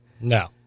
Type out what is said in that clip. No